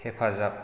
हेफाजाब